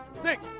six,